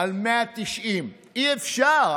על 190. אי-אפשר.